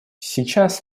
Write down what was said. сейчас